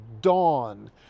dawn